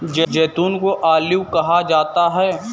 जैतून को ऑलिव कहा जाता है